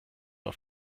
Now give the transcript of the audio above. auf